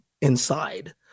inside